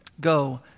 Go